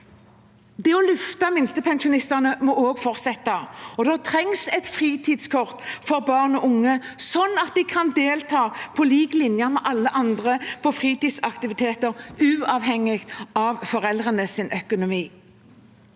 Det å løfte minstepensjonistene må også fortsette, og det trengs et fritidskort for barn og unge, slik at de kan delta på lik linje med alle andre på fritidsaktiviteter, uavhengig av foreldrenes økonomi.